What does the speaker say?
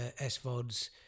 SVODs